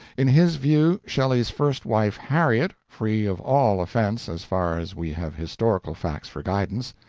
in his view shelley's first wife, harriet, free of all offense as far as we have historical facts for guidance,